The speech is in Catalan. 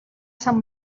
sant